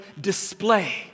display